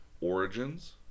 origins